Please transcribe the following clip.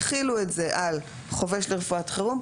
יחילו את זה על חובש לרפואת חירום,